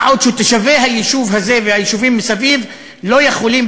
מה גם שתושבי היישוב הזה והיישובים מסביב לא יכולים